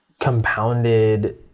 compounded